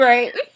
Right